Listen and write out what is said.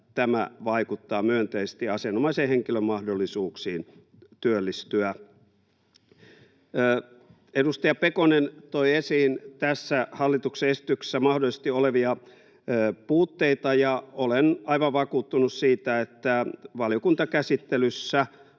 tämä vaikuttaa myönteisesti asianomaisen henkilön mahdollisuuksiin työllistyä. Edustaja Pekonen toi esiin tässä hallituksen esityksessä mahdollisesti olevia puutteita, ja olen aivan vakuuttunut siitä, että valiokuntakäsittelyssä